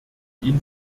ihn